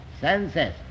senses